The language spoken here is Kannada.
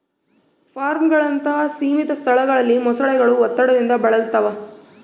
ಫಾರ್ಮ್ಗಳಂತಹ ಸೀಮಿತ ಸ್ಥಳಗಳಲ್ಲಿ ಮೊಸಳೆಗಳು ಒತ್ತಡದಿಂದ ಬಳಲ್ತವ